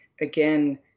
again